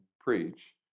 preach